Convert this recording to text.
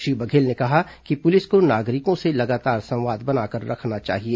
श्री बघेल ने कहा कि पुलिस को नागरिकों से लगातार संवाद बनाकर रखना चाहिए